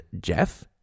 Jeff